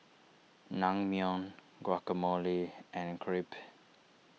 Naengmyeon Guacamole and Crepe